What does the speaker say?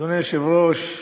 אדוני היושב-ראש,